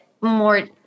more